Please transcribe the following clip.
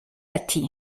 ati